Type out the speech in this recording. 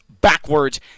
backwards